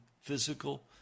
physical